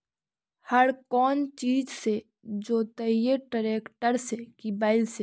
हर कौन चीज से जोतइयै टरेकटर से कि बैल से?